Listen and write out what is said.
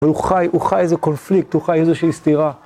הוא חי איזה קונפליקט, הוא חי איזושהי סתירה.